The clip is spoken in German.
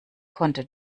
konnte